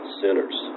sinners